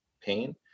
pain